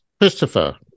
Christopher